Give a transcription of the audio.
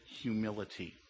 humility